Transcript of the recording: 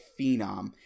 phenom